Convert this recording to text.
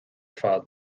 fad